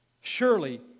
surely